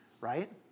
Right